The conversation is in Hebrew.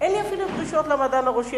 אין לי אפילו דרישות למדען הראשי.